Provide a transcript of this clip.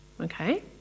Okay